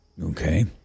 Okay